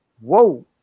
Whoa